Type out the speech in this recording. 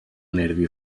nervi